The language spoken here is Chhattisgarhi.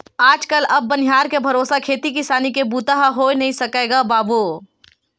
आज कल अब बनिहार के भरोसा खेती किसानी के बूता ह होय नइ सकय गा बाबूय